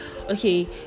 okay